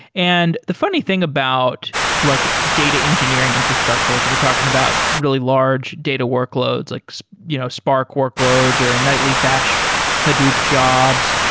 and the funny thing about like data engineering infrastructure, like if you're talking about really large data workloads like you know spark workloads or nightly batch hadoop jobs.